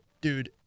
dude